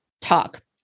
talk